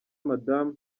madamu